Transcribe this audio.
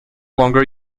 longer